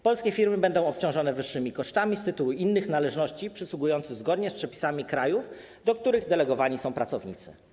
Polskie firmy będą obciążone wyższymi kosztami z tytułu innych należności przysługujących zgodnie z przepisami krajów, do których delegowani są pracownicy.